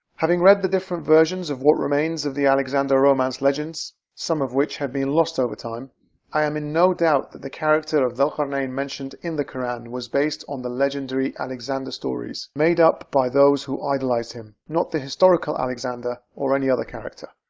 having read the different versions of what remains of the alexander of romance legends some of which have been lost over time i am in no doubt that the character of dhul qurnayn mentioned in the quran was based on the legendary alexander stories, made up by those who idolized him. not the historical alexander or any other character.